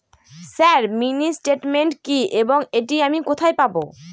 Sir mini statement কি এবং এটি আমি কোথায় পাবো?